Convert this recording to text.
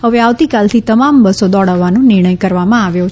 હવે આવતીકાલથી તમામ બસો દોડાવવાનો નિર્ણય કરવામાં આવ્યો છે